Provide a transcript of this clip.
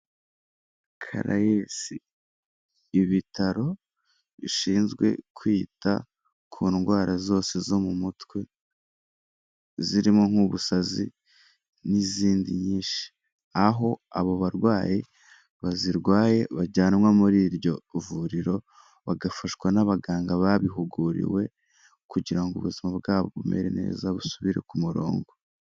Caraes, ibitaro bishinzwe kwita ku ndwara zose zo mu mutwe, zirimo nk'ubusazi n'izindi nyinshi, aho abo barwayi bazirwaye bajyanwa muri iryo vuriro, bagafashwa n'abaganga babihuguriwe kugira ngo ubuzima bwabo bumere neza busubire ku murongo.